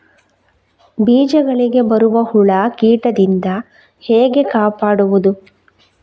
ಬೀಜಗಳಿಗೆ ಬರುವ ಹುಳ, ಕೀಟದಿಂದ ಹೇಗೆ ಕಾಪಾಡುವುದು?